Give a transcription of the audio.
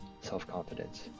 self-confidence